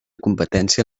competència